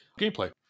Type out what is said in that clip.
gameplay